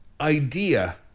idea